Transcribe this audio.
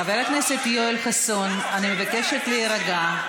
חבר הכנסת יואל חסון, אני מבקשת להירגע.